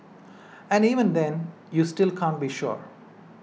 and even then you still can't be sure